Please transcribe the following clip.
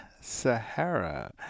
Sahara